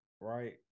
right